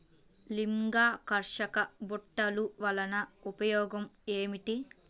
లింగాకర్షక బుట్టలు వలన ఉపయోగం ఏమిటి?